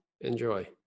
Enjoy